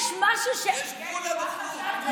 יש גבול לנוכלות.